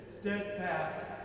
steadfast